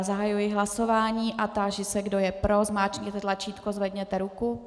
Zahajuji hlasování a táži se, kdo je pro, zmáčkněte tlačítko a zvedněte ruku.